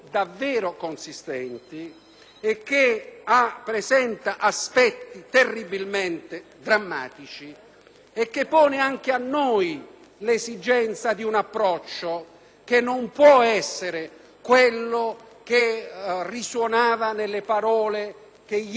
e pone anche a noi l'esigenza di un approccio che non può essere quello che risuonava nelle parole ieri pronunciate dal Ministro dell'interno di questo Paese, che ci hanno lasciati interdetti e anche indignati.